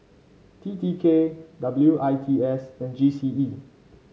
T T K W I T S and G C E